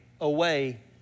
away